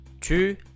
tu